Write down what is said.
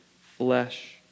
flesh